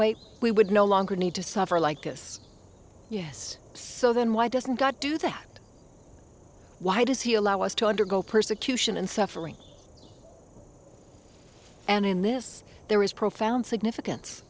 way we would no longer need to suffer like this yes so then why doesn't god do that why does he allow us to undergo persecution and suffering and in this there is profound significance